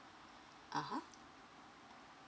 (uh huh)